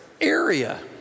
area